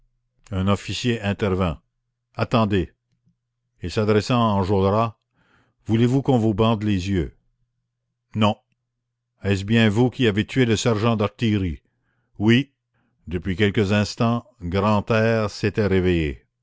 un officier intervint attendez et s'adressant à enjolras voulez-vous qu'on vous bande les yeux non est-ce bien vous qui avez tué le sergent d'artillerie oui depuis quelques instants grantaire s'était réveillé